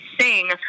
sing